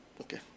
Okay